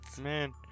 Man